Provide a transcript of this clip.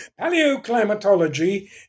Paleoclimatology